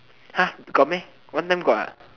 !huh! got meh one time got ah